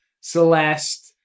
Celeste